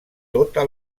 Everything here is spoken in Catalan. tota